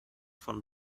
von